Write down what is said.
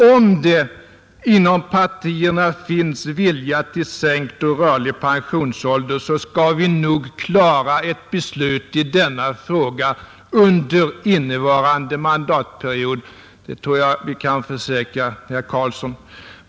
Om det inom partierna finns en vilja till sänkt och rörlig pensionsålder, skall vi nog klara ett beslut i den frågan under innevarande mandatperiod. Det tror jag att vi kan försäkra herr Carlsson i Vikmanshyttan.